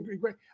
great